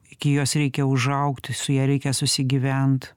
iki jos reikia užaugt su ja reikia susigyvent